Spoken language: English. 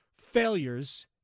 failures